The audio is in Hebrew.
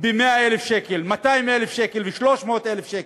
ב-100,000 שקל, 200,000 שקל ו-300,000 שקל.